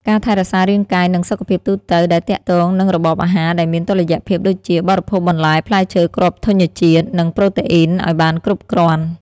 ការថែរក្សារាងកាយ និងសុខភាពទូទៅដែលទាក់ទងនឹងរបបអាហារដែលមានតុល្យភាពដូចជា បរិភោគបន្លែ ផ្លែឈើ គ្រាប់ធញ្ញជាតិ និងប្រូតេអុីនឱ្យបានគ្រប់គ្រាន់ ។